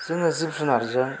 जोङो जिब जुनारजों